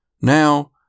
Now